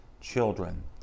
children